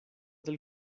del